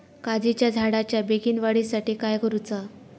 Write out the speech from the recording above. काजीच्या झाडाच्या बेगीन वाढी साठी काय करूचा?